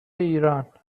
ایران